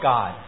God